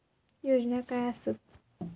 योजना काय आसत?